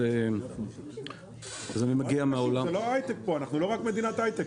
אז אני מגיע מהעולם --- אנחנו לא רק מדינת הייטק,